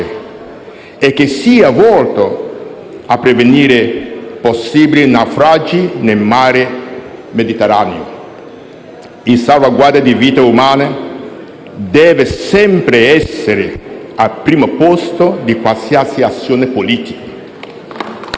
e che sia volto a prevenire possibili naufragi nel Mar Mediterraneo. La salvaguardia di vite umane deve sempre essere al primo posto di qualsiasi azione politica.